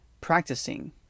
practicing